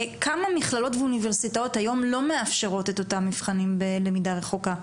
כמה מכללות ואוניברסיטאות היום לא מאפשרות מבחנים בלמידה רחוקה,